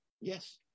Yes